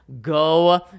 Go